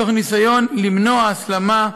תוך ניסיון למנוע הסלמה.